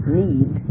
need